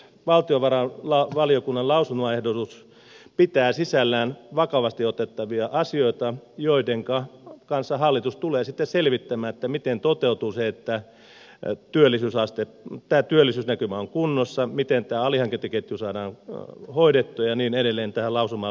tuo valtiovarainvaliokunnan lausumaehdotus pitää sisällään vakavasti otettavia asioita joidenka suhteen hallitus tulee sitten selvittämään miten toteutuu se että tämä työllisyysnäkymä on kunnossa miten tämä alihankintaketju saadaan hoidettua ja niin edelleen tähän lausumaan liittyviä asioita